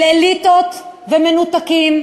של אליטות ומנותקים,